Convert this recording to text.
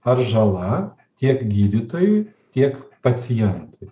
ar žala tiek gydytojui tiek pacientui